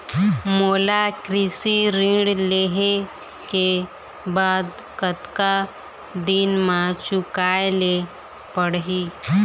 मोला कृषि ऋण लेहे के बाद कतका दिन मा चुकाए ले पड़ही?